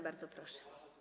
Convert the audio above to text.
Bardzo proszę.